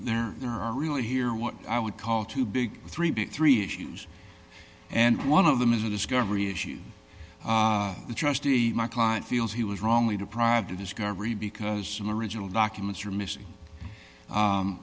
there there are really here what i would call two big three big three issues and one of them is a discovery issue the trustee my client feels he was wrongly deprived of discovery because the original documents are missing